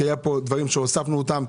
כי היו דברים שהוספנו אותם,